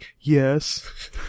Yes